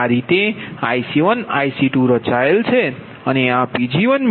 આ રીતે IC1IC2રચાયેલ છે